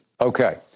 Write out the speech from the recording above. Okay